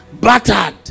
battered